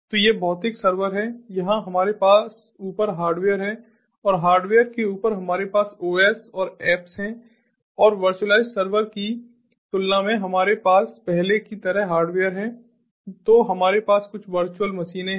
तो यह भौतिक सर्वर है यहाँ हमारे पास ऊपर हार्डवेयर है और हार्डवेयर के ऊपर हमारे पास ओएस और ऐप्सapps हैं और वर्चुअलाइज्ड सर्वर की तुलना में हमारे पास पहले की तरह हार्डवेयर हैं तो हमारे पास कुछ वर्चुअल मशीनें हैं